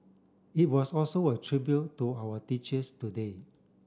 it was also a tribute to our teachers today